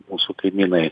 mūsų kaimynai